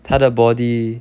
她的 body